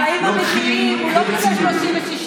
בחיים האמיתיים הוא לא קיבל 36,